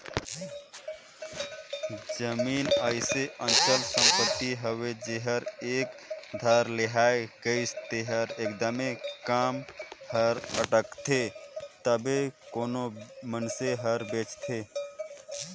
जमीन अइसे अचल संपत्ति हवे जेहर एक धाएर लेहाए गइस तेकर एकदमे काम हर अटकथे तबेच कोनो मइनसे हर बेंचथे